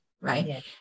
right